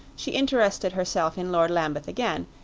she interested herself in lord lambeth again,